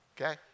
okay